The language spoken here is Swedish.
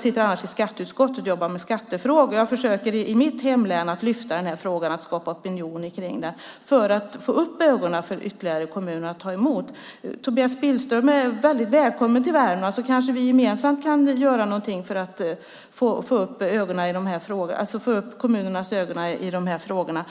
sitter annars i skatteutskottet och jobbar med skattefrågor, men jag försöker i mitt hemlän att lyfta den här frågan och skapa opinion i den för att få ytterligare kommuner att få upp ögonen för att ta emot barn. Tobias Billström är mycket välkommen till Värmland så kanske vi gemensamt kan göra någonting för att få upp kommunernas ögon i de här frågorna.